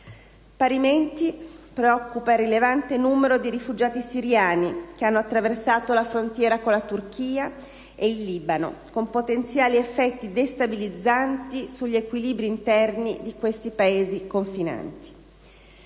Parimenti preoccupa il rilevante numero di rifugiati siriani che hanno attraversato la frontiera con la Turchia e il Libano, con potenziali effetti destabilizzanti sugli equilibri interni dei Paesi confinanti.